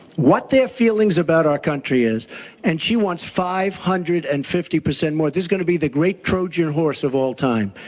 what their feelings about our country is and she wants five hundred and fifty percent more. this is going to be the great trojan horse of all time.